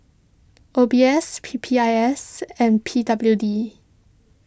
O B S P P I S and P W D